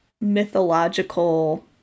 mythological